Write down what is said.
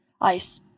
ice